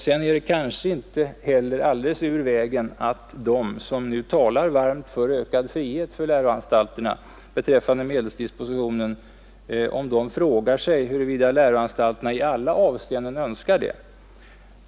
Det är kanske inte heller ur vägen att de som nu talar varmt för ökad frihet för läroanstalterna beträffande medelsdispositionen frågar sig om läroanstalterna i alla avseenden önskar detta.